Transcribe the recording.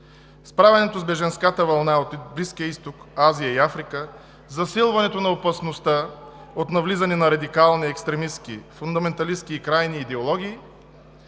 справянето с бежанската вълна от Близкия изток, Азия и Африка, засилването на опасността от навлизане на радикални, екстремистки, фундаменталистки и крайни идеологии,